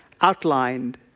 outlined